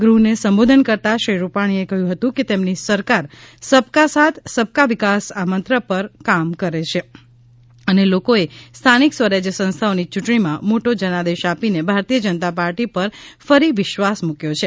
ગૃહને સંબોધન કરતાં શ્રી રૂપાણીએ કહ્યું હતું કે તેમની સરકાર સબકા સાથ સબકા વિકાસ આ મંત્ર પર કામ કરે છે અને લોકોએ સ્થાનિક સ્વરાજ્ય સંસ્થાઓની યુંટણીમાં મોટો જનાદેશ આપીને ભારતીય જનતા પાર્ટી પર ફરી વિશ્વાસ મૂક્યો છે